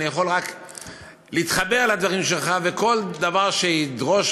אני יכול רק להתחבר לדברים שלך, וכל דבר שידרוש,